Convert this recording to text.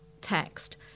text